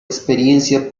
experiencia